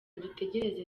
dutegereze